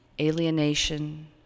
alienation